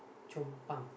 Chong Pang